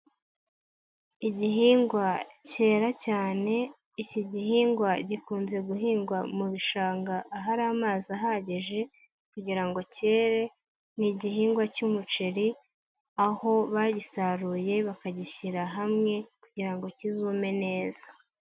Igihingwa cyera cyane, iki gihingwa gikunze guhingwa mu bishanga ahari amazi ahagije kugira ngo cyere, ni igihingwa cy'umuceri aho bagisaruye bakagishyira hamwe kugira ngo kizume neza.